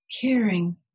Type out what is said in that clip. caring